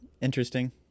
interesting